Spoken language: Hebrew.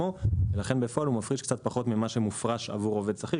ולכן בפועל הוא מפריש קצת פחות ממה שמופרש לעובד שכיר.